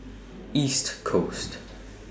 East Coast